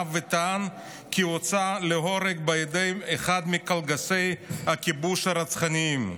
וטען כי "הוצאה להורג בידי אחד מקלגסי הכיבוש הרצחניים".